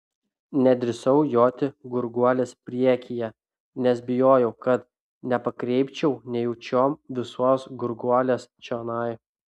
nedrįsau joti gurguolės priekyje nes bijojau kad nepakreipčiau nejučiom visos gurguolės čionai